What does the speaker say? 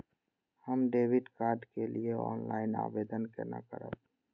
हम debit card के लिए ऑनलाइन आवेदन केना करब?